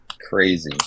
Crazy